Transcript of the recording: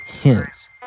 hints